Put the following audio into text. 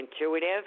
intuitive